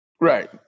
Right